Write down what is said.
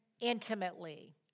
intimately